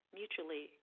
mutually